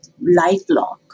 lifelong